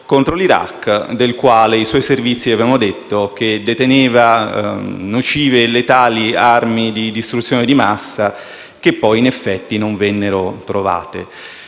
contro l’Iraq, del quale i suoi servizi avevano detto che deteneva nocive e letali armi di distruzione di massa, che poi in effetti non vennero trovate.